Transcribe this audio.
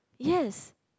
yes